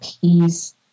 peace